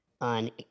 on